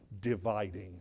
dividing